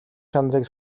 чанарыг